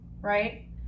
right